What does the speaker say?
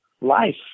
life